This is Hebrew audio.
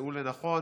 ימצאו לנכון